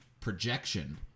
projection